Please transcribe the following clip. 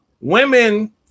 Women